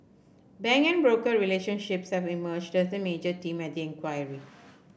bank and broker relationships have emerged as a major theme at the inquiry